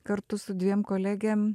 kartu su dviem kolegėm